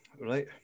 right